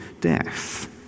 death